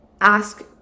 ask